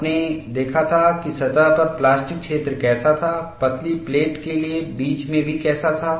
आपने देखा था कि सतह पर प्लास्टिक क्षेत्र कैसा था पतली प्लेट के लिए बीच में भी कैसा था